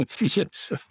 yes